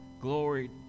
Glory